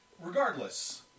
Regardless